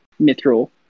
mithril